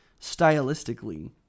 stylistically